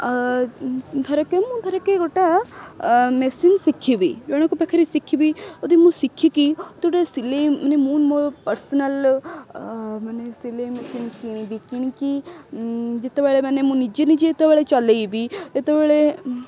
ଧର କେ ମୁଁ ଧର କେ ଗୋଟା ମେସିନ୍ ଶିଖିବି ଜଣଙ୍କ ପାଖରେ ଶିଖିବି ଯଦି ମୁଁ ଶିଖିକି ତ ଗୋଟେ ସିଲେଇ ମାନେ ମୁଁ ମୋର ପାର୍ସନାଲ୍ ମାନେ ସିଲେଇ ମେସିନ୍ କିଣିବି କିଣିକି ଯେତେବେଳେ ମାନେ ମୁଁ ନିଜେ ନିଜେ ଯେତେବେଳେ ଚଲେଇବି ଯେତେବେଳେ